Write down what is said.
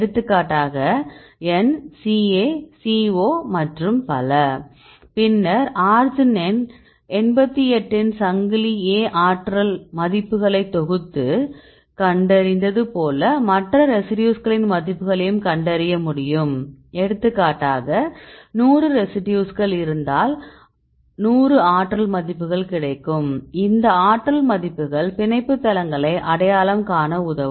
எடுத்துக்காட்டாக N CA C O மற்றும் பல பின்னர் அர்ஜினைன் 88 இன் சங்கிலி A ஆற்றல் மதிப்புகளை தொகுத்து கண்டறிந்தது போல மற்ற ரெசிடியூஸ்களின் மதிப்புகளையும் கண்டறிய முடியும் எடுத்துக்காட்டாக 100 ரெசிடியூஸ்கள் இருந்தால் 100 ஆற்றல் மதிப்புகள் கிடைக்கும் இந்த ஆற்றல் மதிப்புகள் பிணைப்பு தங்களை அடையாளம் காண உதவும்